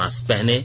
mask पहनें